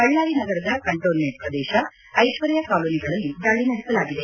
ಬಳ್ಳಾರಿ ನಗರದ ಕಂಟೋನ್ಮೆಂಟ್ ಪ್ರದೇಶ ಐಶ್ವರ್ಯ ಕಾಲೋನಿಗಳಲ್ಲಿ ದಾಳಿ ನಡೆಸಲಾಗಿದೆ